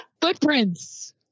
footprints